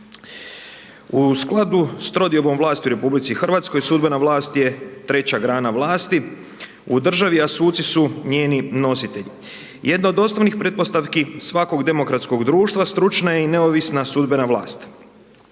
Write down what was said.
U sklopu s trodiobom vlasti u RH, sudbena vlast je treća grana vlasti u državi a suci su njeni nositelji. Jedna od osnovnih pretpostavki svakog demokratskog društva stručna je i neovisna sudbena vlast.